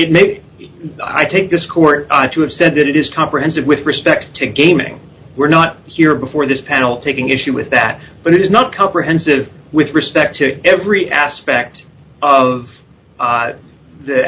it may i take this court you have said that it is comprehensive with respect to gaming we're not here before this panel taking issue with that but it is not comprehensive with respect to every aspect of